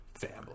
family